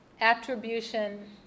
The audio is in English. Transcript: attribution